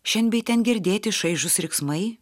šen bei ten girdėti šaižūs riksmai